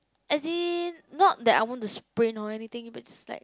as in not that I want to sprint or anything but just like